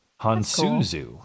Hansuzu